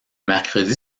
mercredi